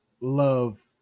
love